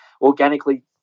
organically